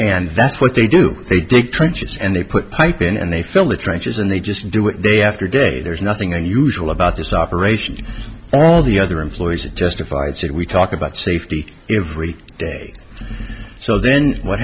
and that's what they do they dig trenches and they put pipe in and they fill the trenches and they just do it day after day there's nothing unusual about this operation all the other employees that testified said we talk about safety every day so then what